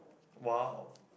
!wow!